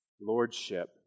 lordship